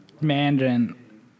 Mandarin